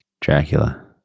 Dracula